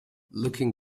looking